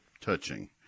touching